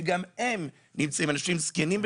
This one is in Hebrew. שגם הם אנשים זקנים,